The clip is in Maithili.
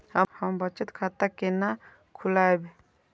हम बचत खाता केना खोलैब?